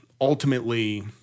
ultimately